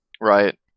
Right